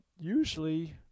usually